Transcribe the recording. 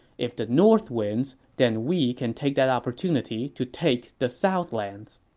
if the north wins, then we can take that opportunity to take the southlands.